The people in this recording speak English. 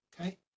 Okay